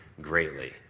greatly